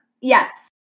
Yes